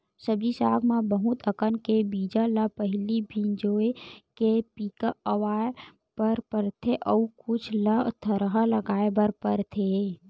सब्जी साग म बहुत अकन के बीजा ल पहिली भिंजोय के पिका अवा बर परथे अउ कुछ ल थरहा लगाए बर परथेये